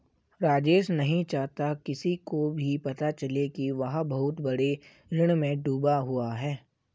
राजेश नहीं चाहता किसी को भी पता चले कि वह बहुत बड़े ऋण में डूबा हुआ है